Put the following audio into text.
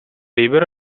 libero